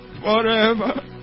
forever